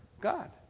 God